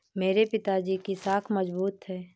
मेरे पिताजी की साख मजबूत है